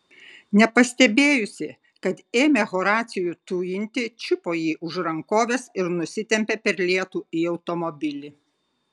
nepastebėjusi kad ėmė horacijų tujinti čiupo jį už rankovės ir nusitempė per lietų į automobilį